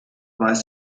weiß